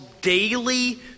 daily